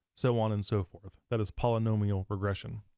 so on and so forth. that is polynomial regression.